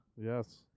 Yes